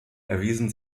erwiesen